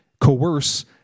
coerce